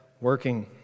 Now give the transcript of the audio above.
working